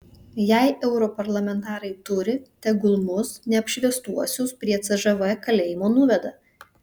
jei europarlamentarai turi tegul mus neapšviestuosius prie cžv kalėjimo nuveda